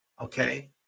Okay